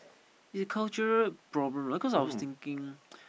ya is it cultural problem because I was thinking